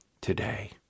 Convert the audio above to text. today